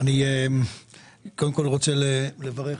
אני רוצה לברך